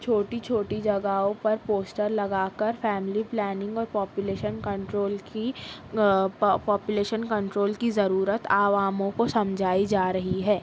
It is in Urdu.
چھوٹی چھوٹی جگہوں پر پوسٹر لگا کر فیملی پلاننگ اور پاپولیشن کنٹرول کی پاپولیشن کنٹرول کی ضرورت عواموں کو سمجھائی جا رہی ہے